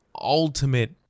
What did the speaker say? ultimate